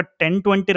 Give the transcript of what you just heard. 10-20